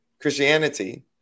Christianity